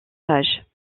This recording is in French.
pages